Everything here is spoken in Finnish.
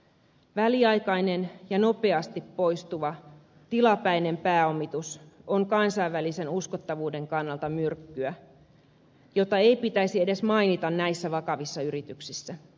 väliaikainen ja nopeasti poistuva tilapäinen pääomitus on kansainvälisen uskottavuuden kannalta myrkkyä jota ei pitäisi edes mainita näissä vakavissa yrityksissä